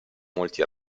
molti